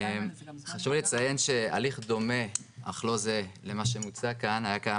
חשוב לי לציין שהליך דומה אך לא זהה למה שמוצע כאן היה קיים